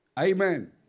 Amen